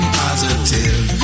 positive